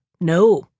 No